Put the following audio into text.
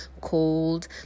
cold